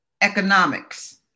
Economics